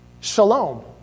shalom